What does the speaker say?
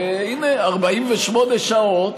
והינה, 48 שעות